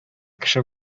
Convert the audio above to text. кеше